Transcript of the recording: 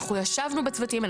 אנחנו ישבנו בצוותים האלה,